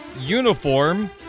uniform